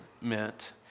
meant